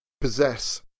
possess